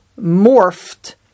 morphed